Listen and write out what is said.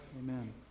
Amen